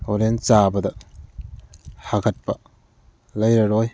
ꯍꯣꯔꯦꯟ ꯆꯥꯕꯗ ꯍꯥꯒꯠꯄ ꯂꯩꯔꯔꯣꯏ